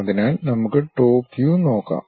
അതിനാൽ നമുക്ക് top view നോക്കാം